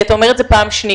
כי אתה אומר את זה פעם שנייה,